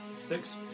Six